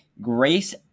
Grace